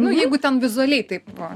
nu jeigu ten vizualiai taip va